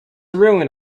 ruin